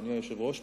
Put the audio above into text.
אדוני היושב-ראש,